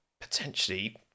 potentially